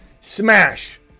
smash